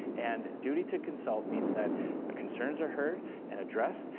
and duty to consult means that concerns are heard and addressed.